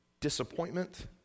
disappointment